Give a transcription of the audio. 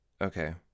okay